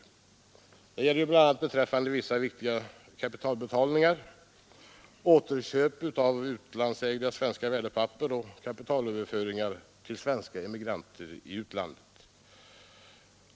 Detta gäller bl.a. beträffande vissa viktiga kapitalbetalningar, återköp av utlandsägda svenska värdepapper samt kapitalöverföringar till svenska emigranter i utlandet.